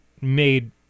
made